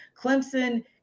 Clemson